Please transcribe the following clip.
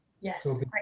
Yes